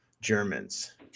germans